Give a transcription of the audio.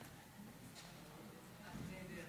אדוני יו"ר